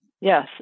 Yes